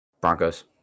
Broncos